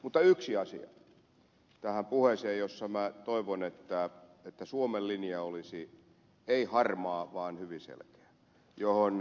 tässä puheessa yhteen asiaan jossa minä toivon että suomen linja ei olisi harmaa vaan hyvin selkeä ed